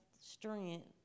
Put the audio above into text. strength